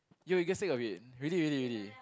you will get sick of it really really really